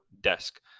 desk